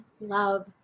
love